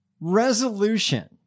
resolution